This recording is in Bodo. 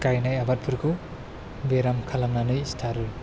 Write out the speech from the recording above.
गायनाय आबादफोरखौ बेराम खालामनानै सिथारो